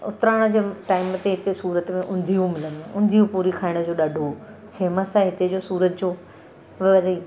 उतराण जे टाइम ते हिते सूरत में उंधियू मिलंदियूं आहे उंधियू पूरी खाइण जो ॾाढो फेमस आहे हिते जो सूरत जो वरी